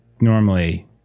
normally